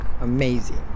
amazing